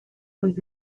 und